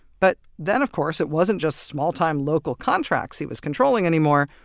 but then, of course, it wasn't just small-time local contracts he was controlling anymore.